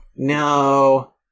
No